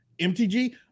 MTG